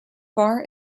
far